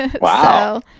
Wow